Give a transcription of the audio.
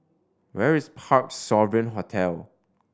where is Parc Sovereign Hotel